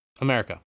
America